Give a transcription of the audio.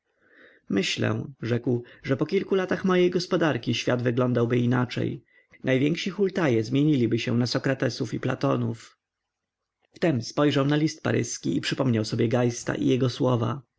myślę rzekł że po kilku latach mojej gospodarki świat wyglądałby inaczej najwięksi hultaje zmieniliby się na sokratesów i platonów wtem spojrzał na list paryski i przypomniał sobie geista i jego słowa